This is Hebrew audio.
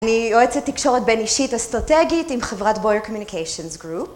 אני יועצת תקשורת בין-אישית אסטרטגית עם חברת בויור קומיוניקיישנס גרופ